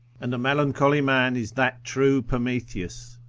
and a melancholy man is that true prometheus,